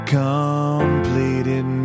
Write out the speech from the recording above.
completed